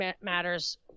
matters